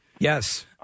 Yes